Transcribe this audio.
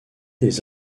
des